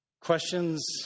Questions